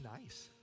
nice